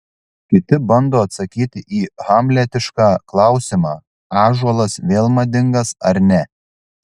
kiti bando atsakyti į hamletišką klausimą ąžuolas vėl madingas ar ne